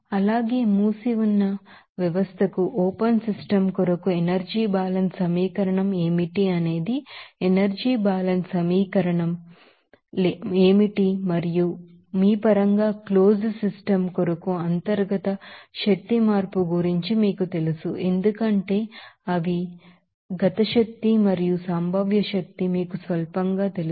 అలాగే మూసిఉన్న వ్యవస్థకు ఓపెన్ సిస్టమ్ కొరకు ఎనర్జీ బ్యాలెన్స్ సమీకరణం ఏమిటి అనేది ఎనర్జీ బ్యాలెన్స్ సమీకరణం ఏమిటి మరియు మీ పరంగా క్లోజ్డ్ సిస్టమ్ కొరకు ఇంటర్నల్ ఎనర్జీ చేంజ్ గురించి మీకు తెలుసు ఎందుకంటే అవి కైనెటిక్ ఎనెర్జి మరియు పొటెన్షియల్ ఎనెర్జి మీకు స్వల్పంగా తెలుసు